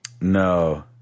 No